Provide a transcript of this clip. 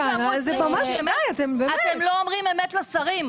אתם לא אומרים אמת לשרים.